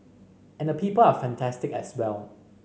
and the people are fantastic as well